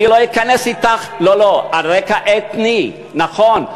על רקע אתני, נכון.